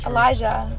Elijah